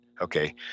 Okay